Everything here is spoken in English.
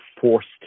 forced